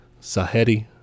Sahedi